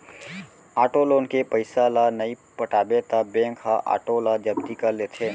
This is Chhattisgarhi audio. आटो लोन के पइसा ल नइ पटाबे त बेंक ह आटो ल जब्ती कर लेथे